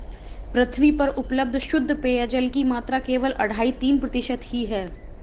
पृथ्वी पर उपलब्ध शुद्ध पेजयल की मात्रा केवल अढ़ाई तीन प्रतिशत ही है